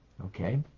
Okay